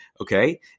okay